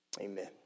Amen